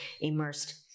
immersed